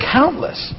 countless